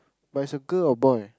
but it's a girl or boy